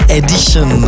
edition